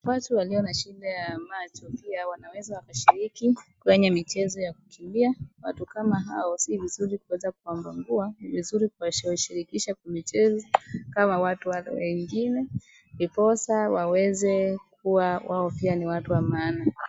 Watu walio na shida ya macho pia wanaweza wakashiriki kwenye michezo ya kukimbia. Watu kama hao sii vizuri kuweza kuwambambua, ni vizuri kuwashirikisha kwa michezo kama watu wale wengine, ndiposa waweze kuwa wao pia ni watu wa maana.